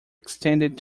extended